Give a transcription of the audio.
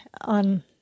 on